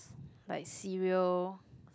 like serial